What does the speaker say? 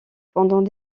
pendant